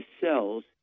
cells